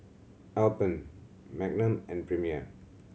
Alpen Magnum and Premier